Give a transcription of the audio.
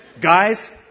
guys